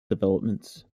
developments